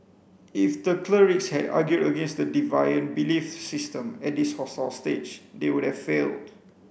if the clerics had argued against the deviant belief system at this hostile stage they would have failed